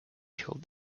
killed